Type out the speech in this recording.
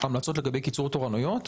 המלצות לגבי קיצור תורנויות,